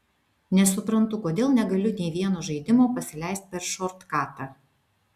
nesuprantu kodėl negaliu nei vieno žaidimo pasileist per šortkatą